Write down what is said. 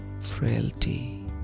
frailty